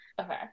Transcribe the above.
Okay